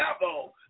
level